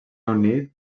unit